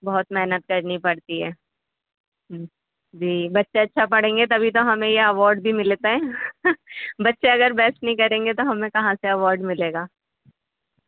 بہت محنت کرنی پڑتی ہے جی بچے اچھا پڑھیں گے تبھی تو ہمیں یہ اوارڈ بھی ملتا ہے بچے اگر بیس نہیں کریں گے تو ہمیں کہاں سے اوارڈ ملے گا